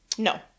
No